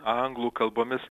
anglų kalbomis